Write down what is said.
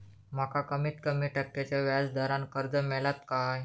माका कमीत कमी टक्क्याच्या व्याज दरान कर्ज मेलात काय?